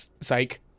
psych